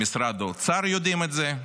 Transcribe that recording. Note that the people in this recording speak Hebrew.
במשרד האוצר יודעים את זה.